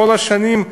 כל השנים,